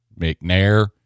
McNair